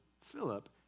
Philip